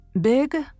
big